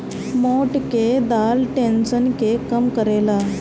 मोठ के दाल टेंशन के कम करेला